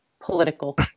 political